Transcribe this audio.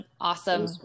awesome